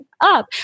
up